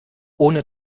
ohne